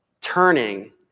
turning